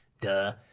Duh